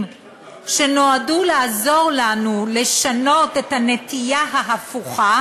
שנועדו לעזור לנו לשנות את הנטייה ההפוכה